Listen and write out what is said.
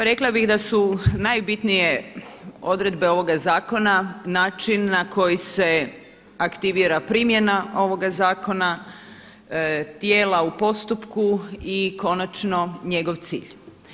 Pa rekla bih da su najbitnije odredbe ovoga zakona način na koji se aktivira primjena ovoga zakona, tijela u postupku i konačno njegov cilj.